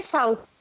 South